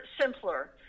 simpler